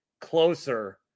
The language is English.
closer